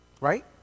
Right